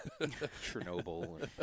Chernobyl